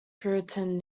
puritan